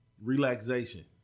relaxation